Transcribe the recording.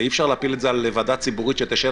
ואי-אפשר להפיל את זה על ועדה ציבורית שתשב